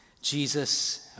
Jesus